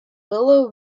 willow